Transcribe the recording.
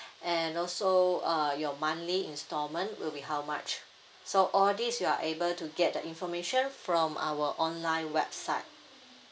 and also uh your monthly installment will be how much so all this you are able to get the information from our online website